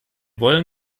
wollen